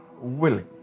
willing